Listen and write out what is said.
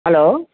hello